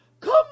come